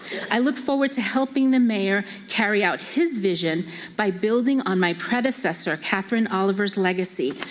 i look forward to helping the mayor carry out his vision by building on my predecessor, katherine oliver's, legacy,